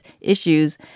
issues